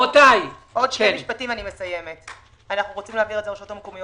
אנחנו רוצי להעביר את זה לרשויות המקומיות.